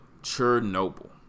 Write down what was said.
Chernobyl